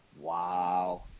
wow